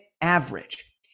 average